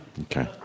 Okay